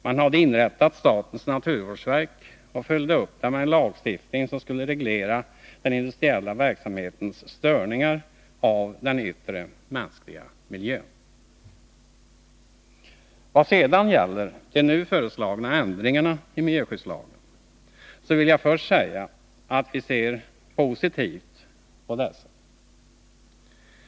Man hade inrättat statens naturvårdsverk och följde upp det med en lagstiftning som skulle reglera den industriella verksamhetens störningar av den yttre mänskliga miljön. Vad sedan gäller de nu föreslagna ändringarna i miljöskyddslagen vill jag först säga att vi ser positivt på dessa.